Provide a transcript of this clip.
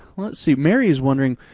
see, mary's wondering,